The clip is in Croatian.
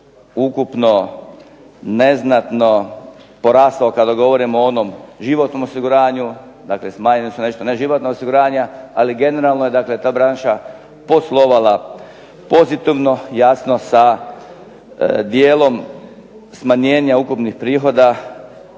ukupno neznatno porasao kada govorimo o onom životnom osiguranju, dakle smanjena su nešto ne životna osiguranja, ali generalno je dakle ta branša poslovala pozitivno, jasno sa dijelom smanjenja ukupnih prihoda